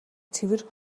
цэвэр